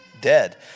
dead